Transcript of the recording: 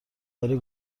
برای